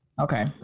Okay